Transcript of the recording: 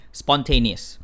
spontaneous